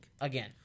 again